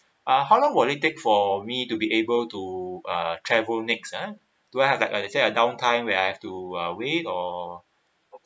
uh how long will it take for me to be able to err travel next ah do I have like I said down time where I have to uh wait or